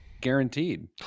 guaranteed